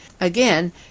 Again